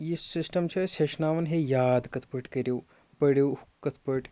یہِ سِسٹَم چھِ أسۍ ہیٚچھناوان ہے یاد کِتھ پٲٹھۍ کٔرِو پٔرِو کِتھ پٲٹھۍ